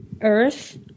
earth